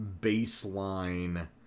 baseline